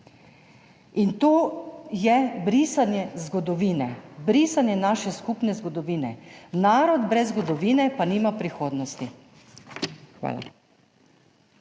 To je brisanje zgodovine, brisanje naše skupne zgodovine, narod brez zgodovine pa nima prihodnosti. Hvala.